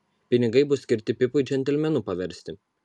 pinigai bus skirti pipui džentelmenu paversti